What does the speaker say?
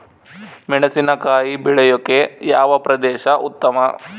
ಮೆಣಸಿನಕಾಯಿ ಬೆಳೆಯೊಕೆ ಯಾವ ಪ್ರದೇಶ ಉತ್ತಮ?